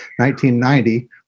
1990